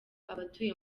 abatuye